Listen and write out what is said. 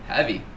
Heavy